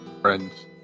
friend's